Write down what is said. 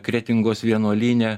kretingos vienuolyne